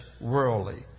worldly